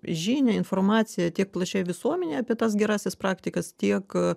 žinią informaciją tiek plačiai visuomenei apie tas gerąsias praktikas tiek